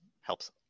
helps